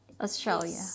Australia